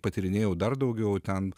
patyrinėjau dar daugiau ten